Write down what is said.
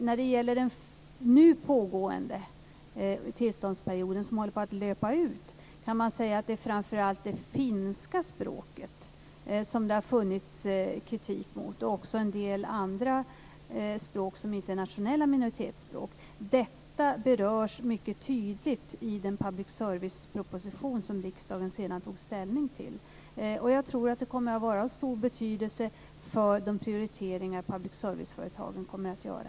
När det gäller den nu pågående tillståndsperioden, som håller på att löpa ut, är det framför allt i fråga om det finska språket som det har funnits kritik, samt en del andra språk som inte är nationella minoritetsspråk. Detta berörs mycket tydligt i den public service-proposition som riksdagen sedan tog ställning till. Jag tror att detta kommer att vara av stor betydelse för de prioriteringar som public service-företagen kommer att göra.